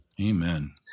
amen